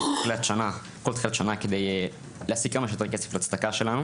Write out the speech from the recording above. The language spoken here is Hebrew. כל תחילת שנה כדי להשיג כמה שיותר כסף לצדקה שלנו